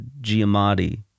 Giamatti